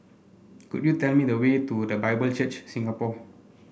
could you tell me the way to The Bible Church Singapore